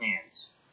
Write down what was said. hands